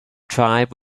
tribe